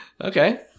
Okay